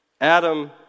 Adam